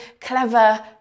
clever